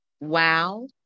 Wow